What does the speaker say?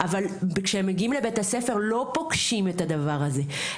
כשהם מגיעים לבית הספר לא פוגשים את הדבר הזה.